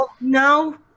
No